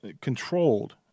controlled